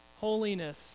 holiness